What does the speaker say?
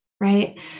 right